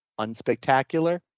unspectacular